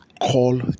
call